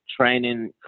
training